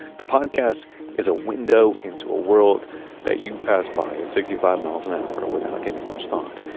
the podcast is a window into a world that you pass by at sixty five miles an hour without giving much thought,